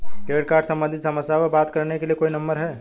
Credit card सम्बंधित समस्याओं पर बात करने के लिए कोई नंबर है?